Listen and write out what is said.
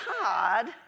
God